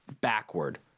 backward